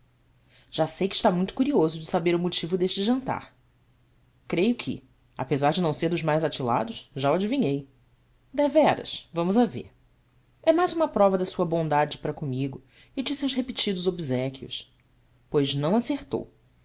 já sei que está muito curioso de saber o motivo deste jantar reio que apesar de não ser dos mais atilados já o adivinhei devéras vamos a ver é mais uma prova da sua bondade para comigo e de seus repetidos obséquios ois não acertou